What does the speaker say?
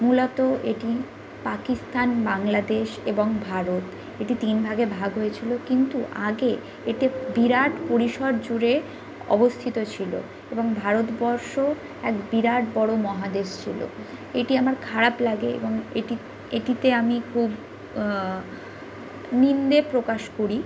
মূলত এটি পাকিস্তান বাংলাদেশ এবং ভারত এটি তিন ভাগে ভাগ হয়েছিল কিন্তু আগে এতে বিরাট পরিসর জুড়ে অবস্থিত ছিল এবং ভারতবর্ষ এক বিরাট বড় মহাদেশ ছিল এটি আমার খারাপ লাগে এবং এটিতে আমি খুব নিন্দে প্রকাশ করি